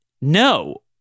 No